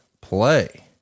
play